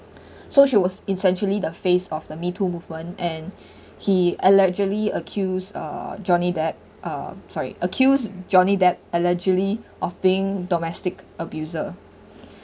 so she was essentially the face of the me too movement and she allegedly accused uh johnny depp uh sorry accused johnny depp allegedly of being domestic abuser